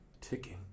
ticking